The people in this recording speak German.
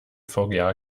vga